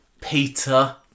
Peter